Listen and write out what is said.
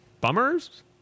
bummers